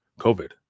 COVID